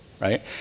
Right